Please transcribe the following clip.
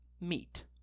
meat